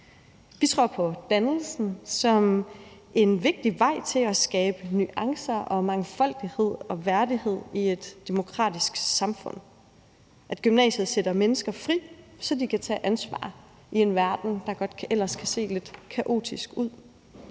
Vi tror på dannelsen som en vigtig vej til at skabe nuancer og mangfoldighed og værdighed i et demokratisk samfund, og at gymnasiet sætter mennesker fri, så de kan tage ansvar i en verden, der ellers godt kan se lidt kaotisk ud.